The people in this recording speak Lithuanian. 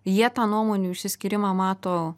jie tą nuomonių išsiskyrimą mato